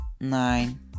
nine